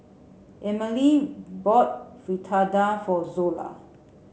Emmalee bought Fritada for Zola